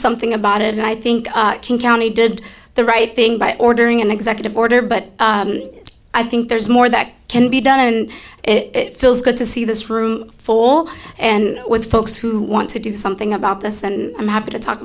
something about it and i think king county did the right thing by ordering an executive order but i think there's more that can be done and it feels good to see this room full and with folks who want to do something about this and i'm happy to talk